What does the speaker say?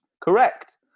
Correct